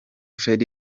fred